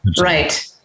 Right